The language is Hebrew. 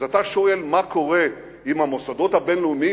אז אתה שואל מה קורה עם המוסדות הבין-לאומיים,